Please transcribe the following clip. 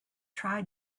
try